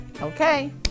Okay